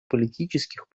политических